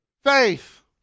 faith